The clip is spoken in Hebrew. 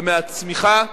ומהצמיחה.